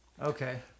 Okay